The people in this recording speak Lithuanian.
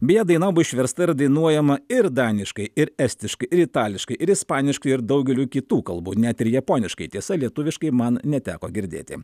beje daina buvo išversta ir dainuojama ir daniškai ir estiškai ir itališkai ir ispaniškai ir daugeliu kitų kalbų net ir japoniškai tiesa lietuviškai man neteko girdėti